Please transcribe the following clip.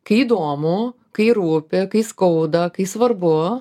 kai įdomu kai rūpi kai skauda kai svarbu